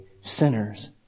sinners